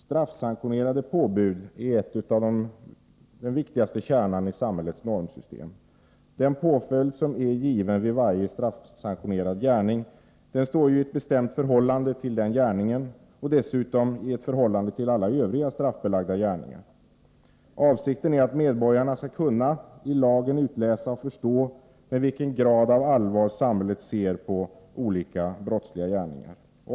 Straffsanktionerade påbud är den viktigaste kärnan i samhällets normsystem. Den påföljd som är given vid varje straffsanktionerad gärning står i ett bestämt förhållande till den gärningen och dessutom i ett förhållande till alla övriga straffbelagda gärningar. Avsikten är att medborgarna i lagen skall kunna utläsa och förstå med vilken grad av allvar samhället ser på olika brottsliga gärningar.